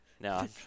No